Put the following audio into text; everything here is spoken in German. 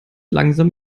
langsam